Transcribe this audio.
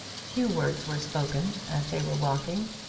few words were spoken as they were walking,